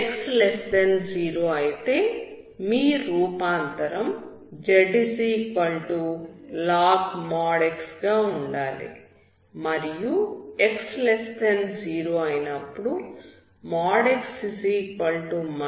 x0 అయితే మీ రూపాంతరం zlog |x| గా ఉండాలి మరియు x0 అయినప్పుడు x x అవుతుంది